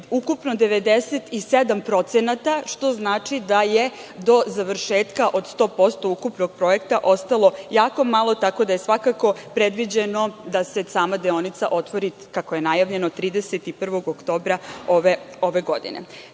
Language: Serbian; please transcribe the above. ukupno 97%, što znači da je do završetka od 100% ukupnog projekta ostalo jako malo, tako da je svakako predviđeno da se sama deonica otvori, kako je najavljeno, 31. oktobra ove godine. Kao